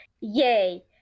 yay